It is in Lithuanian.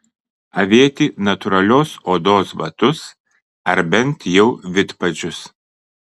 avėti natūralios odos batus ar bent jau vidpadžius